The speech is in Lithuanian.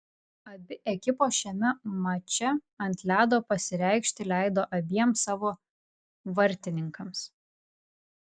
abi ekipos šiame mače ant ledo pasireikšti leido abiem savo vartininkams